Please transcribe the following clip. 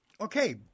Okay